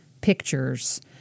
pictures